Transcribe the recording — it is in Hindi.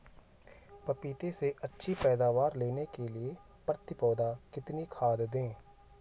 पपीते से अच्छी पैदावार लेने के लिए प्रति पौधा कितनी खाद दें?